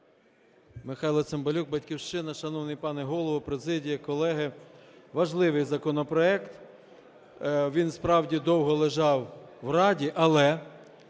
Михайло Цимбалюк, "Батьківщина". Шановний пане Голово, президія, колеги, важливий законопроект. Він, справді, довго лежав в Раді, але